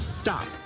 Stop